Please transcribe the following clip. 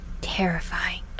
terrifying